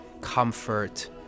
comfort